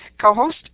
co-host